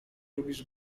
robisz